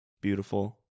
Beautiful